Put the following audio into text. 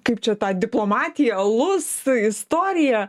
kaip čia ta diplomatija alus istorija